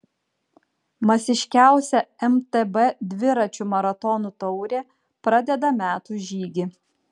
masiškiausia mtb dviračių maratonų taurė pradeda metų žygį